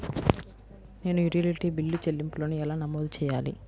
నేను utility bill చెల్లింపులను ఎలా నమోదు చేయాలి?